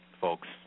folks